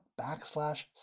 backslash